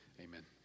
Amen